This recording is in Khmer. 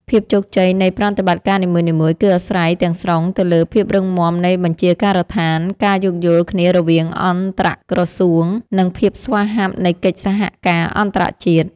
ភាពជោគជ័យនៃប្រតិបត្តិការនីមួយៗគឺអាស្រ័យទាំងស្រុងទៅលើភាពរឹងមាំនៃបញ្ជាការដ្ឋាន ការយោគយល់គ្នារវាងអន្តរក្រសួង និងភាពស្វាហាប់នៃកិច្ចសហការអន្តរជាតិ។